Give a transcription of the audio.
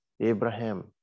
Abraham